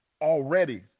already